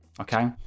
Okay